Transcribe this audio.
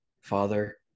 Father